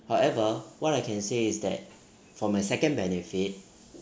however what I can say is that for my second benefit